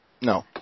No